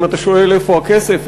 אם אתה שואל איפה הכסף,